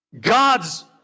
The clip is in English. God's